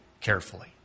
carefully